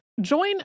Join